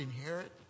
inherit